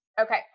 Okay